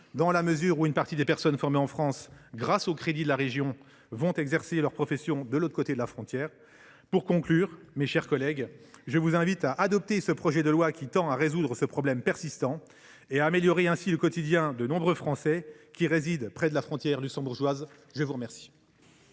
dans la mesure où une partie des personnes formées en France grâce aux crédits de la région vont exercer leur profession de l’autre côté de la frontière. Pour conclure, mes chers collègues, je vous invite à adopter ce projet de loi, qui tend à résoudre ce problème persistant et à améliorer le quotidien de nombreux Français résidant près de la frontière luxembourgeoise. La parole